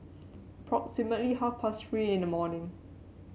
approximately half past Three in the morning